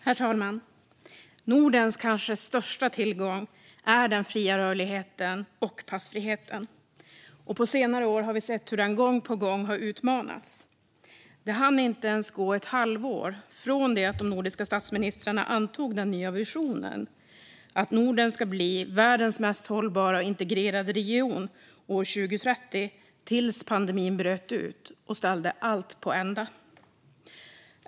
Herr talman! Nordens kanske största tillgång är den fria rörligheten och passfriheten. På senare år har vi sett hur den gång på gång har utmanats. Det hann inte gå ens ett halvår från det att de nordiska statsministrarna antog den nya visionen om att Norden ska bli världens mest hållbara och integrerade region år 2030 tills pandemin bröt ut och ställde allt på ända.